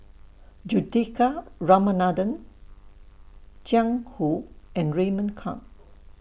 Juthika Ramanathan Jiang Hu and Raymond Kang